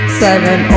seven